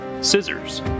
scissors